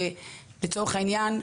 לצורך העניין,